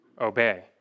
obey